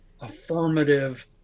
affirmative